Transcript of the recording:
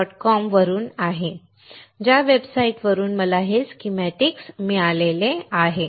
com वरून आहे ज्या वेबसाइटवरून मला हे स्कीमॅटिक मिळाले आहे